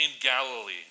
Galilee